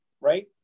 right